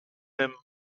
him